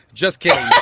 just kidding